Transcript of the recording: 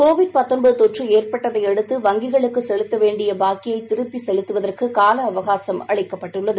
Covid தொற்று ஏற்பட்டதையடுத்து வங்கிகளுக்கு செலுத்த வேண்டிய பாக்கியை திருப்பி செலுத்துவதற்கு கால அவகாசும் அளிக்கப்பட்டுள்ளது